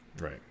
Right